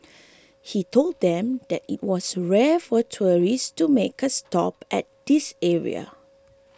he told them that it was rare for tourists to make a stop at this area